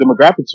demographics